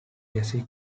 jazzy